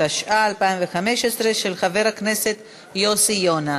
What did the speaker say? התשע"ה 2015, של חבר הכנסת יוסי יונה.